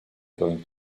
going